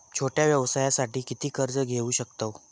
छोट्या व्यवसायासाठी किती कर्ज घेऊ शकतव?